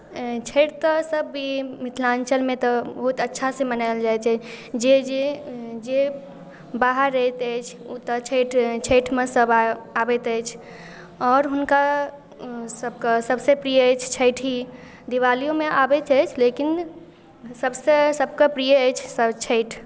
छठि तऽ सभ ई मिथिलाञ्चलमे तऽ बहुत अच्छासँ मनायल जाइ छै जे जे जे बाहर रहैत अछि ओ तऽ छठि छठिमे सभ आबै आबैत अछि आओर हुनकासभके सभसँ प्रिय अछि छठि ही दिवालिओमे आबैत अछि लेकिन सभसँ सभके प्रिय अछि छठि